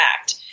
Act